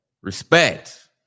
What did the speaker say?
Respect